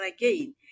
again